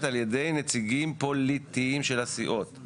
על ידי נציגים פוליטיים של הסיעות,